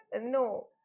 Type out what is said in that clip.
no